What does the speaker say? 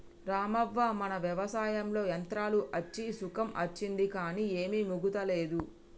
రామవ్వ మన వ్యవసాయంలో యంత్రాలు అచ్చి సుఖం అచ్చింది కానీ ఏమీ మిగులతలేదు